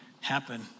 happen